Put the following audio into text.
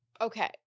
okay